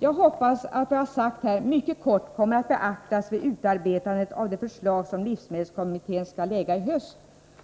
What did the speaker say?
Jag hoppas att vad jag här mycket kort har sagt kommer att beaktas vid utarbetandet av det förslag som livsmedelskommittén skall lägga fram i höst,